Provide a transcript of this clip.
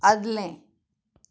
आदलें